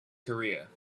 career